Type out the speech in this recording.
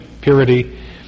Purity